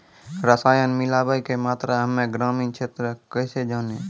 रसायन मिलाबै के मात्रा हम्मे ग्रामीण क्षेत्रक कैसे जानै?